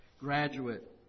graduate